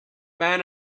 man